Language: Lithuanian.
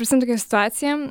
prisimenu tokią situaciją